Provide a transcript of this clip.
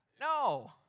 No